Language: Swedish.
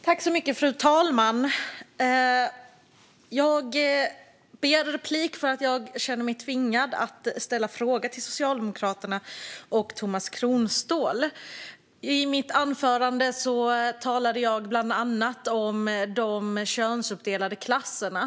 Fru talman! Jag begärde replik för att jag kände mig tvingad att ställa en fråga till Socialdemokraterna och Tomas Kronståhl. I mitt anförande talade jag bland annat om de könsuppdelade klasserna.